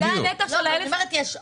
אני אומרת יש עוד.